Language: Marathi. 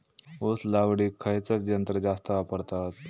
ऊस लावडीक खयचा यंत्र जास्त वापरतत?